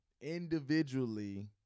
individually